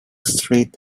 straight